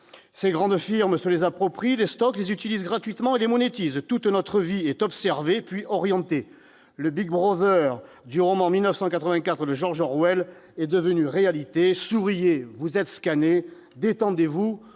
Ces grandes firmes se les approprient, les stockent, les utilisent gratuitement et les monétisent. Toute notre vie est observée puis orientée. Le du roman de George Orwell est devenu réalité : souriez, vous êtes scannés. Détendez-vous,